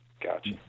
Gotcha